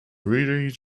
ready